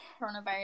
coronavirus